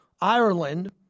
Ireland